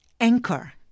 anchor